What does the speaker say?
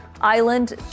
Island